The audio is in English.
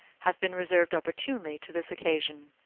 hath been reserved opportunely to this occasion.